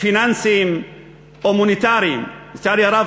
פיננסיים או מוניטריים, לצערי הרב.